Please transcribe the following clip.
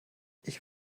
ich